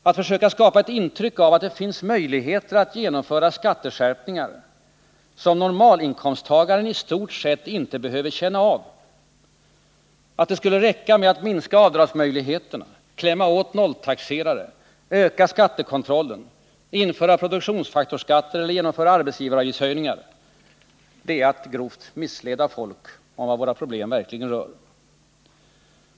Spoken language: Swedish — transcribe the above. Att försöka skapa intryck av att det finns möjligheter att genomföra skatteskärpningar som normalinkomsttagaren i stort sett inte behöver känna av — att det skulle räcka med att minska avdragsmöjligheterna, klämma åt nolltaxerare, öka skattekontrollen, införa produktionsfaktorsskatter eller genomföra arbetsgivaravgiftshöjningar — är att grovt missleda folk om vad våra problem verkligen rör.